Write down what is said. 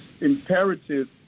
imperative